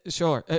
sure